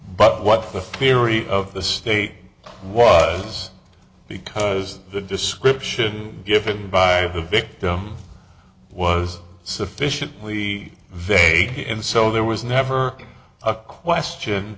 but what the firy of the state was because the description given by the victim was sufficiently vague and so there was never a question